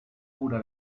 cura